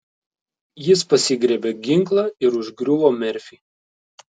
jis pasigriebė ginklą ir užgriuvo merfį